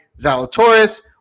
Zalatoris